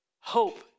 hope